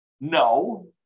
no